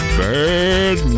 bad